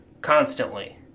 constantly